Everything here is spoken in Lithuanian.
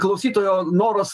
klausytojo noras